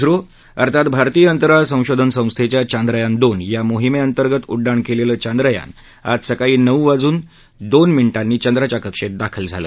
स्रो अर्थात भारतीय अंतराळ संशोधन संस्थेच्या चांद्रयान दोन या मोहिमेंतर्गत उड्डाण केलेलं चांद्रयान आज सकाळी नऊ वाजून दोन मिनिटांनी चंद्राच्या कक्षेत दाखल झालं